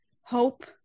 hope